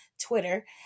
twitter